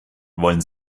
wollen